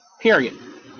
Period